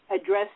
address